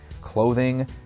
Clothing